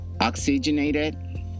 oxygenated